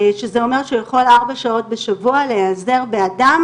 שזה אומר שהוא יכול ארבע שעות בשבוע להיעזר באדם